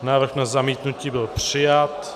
Návrh na zamítnutí byl přijat.